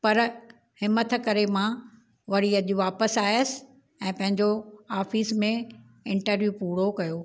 पर हिमत करे मां वरी अॼु वापसि आहियसि ऐं पंहिंजो ऑफिस में इंटरव्यू पूरो कयो